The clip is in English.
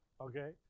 Okay